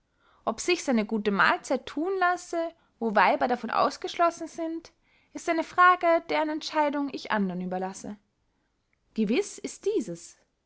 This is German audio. ob sichs eine gute mahlzeit thun lasse wo weiber davon ausgeschlossen sind ist eine frage deren entscheidung ich andern überlasse gewiß ist dieses